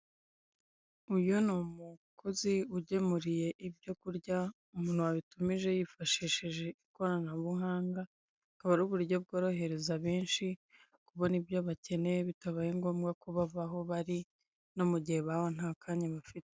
Uyu ni umukozi ugemuriye ibyo kurya umuntu wabitumije yifashishije ikoranabuhanga. Akaba ari uburyo bworohereza benshi kubona ibyo bakeneye bitabaye ngombwa ko bava aho bari, no mu gihe baba nta kanya bafite.